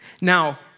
Now